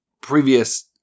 previous